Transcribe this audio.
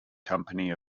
company